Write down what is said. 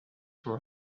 were